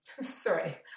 sorry